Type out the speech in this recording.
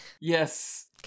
Yes